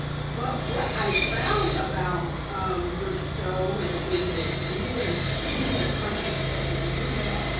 but what i found about your show and the things that you did, and you made a conscious effort to do that.